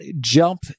jump